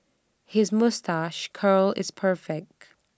his moustache curl is perfect